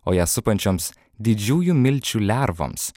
o ją supančioms didžiųjų milčių lervoms